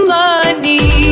money